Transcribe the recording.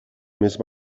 més